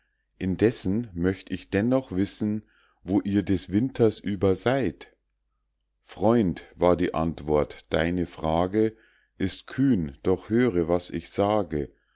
deine frage ist kühn doch höre was ich sage